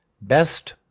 Best